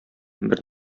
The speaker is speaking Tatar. бер